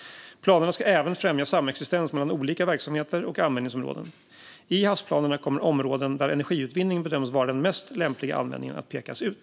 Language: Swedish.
Planerna ska även främja samexistens mellan olika verksamheter och användningsområden. I havsplanerna kommer områden där energiutvinning bedöms vara den mest lämpliga användningen att pekas ut.